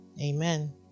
Amen